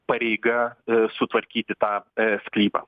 pareiga sutvarkyti tą sklypą